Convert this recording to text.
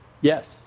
yes